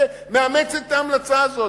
שמאמצת את ההמלצה הזאת.